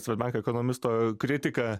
swedbank ekonomisto kritika